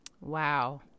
Wow